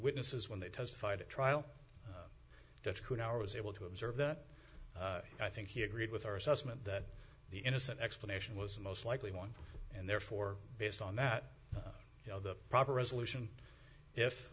witnesses when they testified at trial could our was able to observe that i think he agreed with our assessment that the innocent explanation was a most likely one and therefore based on that you know the proper resolution if